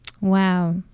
Wow